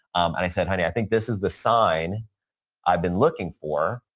and i said, honey, i think this is the sign i've been looking for.